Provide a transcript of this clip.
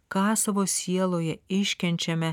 ką savo sieloje iškenčiame